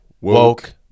Woke